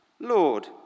Lord